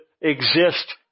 exist